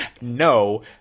No